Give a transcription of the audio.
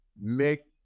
make